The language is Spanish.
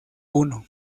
uno